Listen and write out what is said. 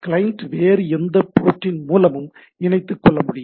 client வேறு எந்த போர்டின் மூலமும் இணைத்து கொள்ள முடியும்